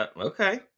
Okay